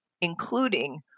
including